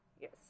Yes